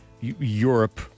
Europe